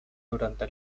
durante